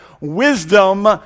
wisdom